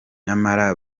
nyamara